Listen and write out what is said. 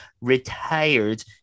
retired